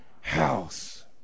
house